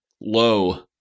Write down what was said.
lo